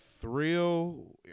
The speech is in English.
thrill